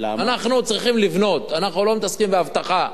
אנחנו צריכים לבנות, אנחנו לא מתעסקים באבטחה.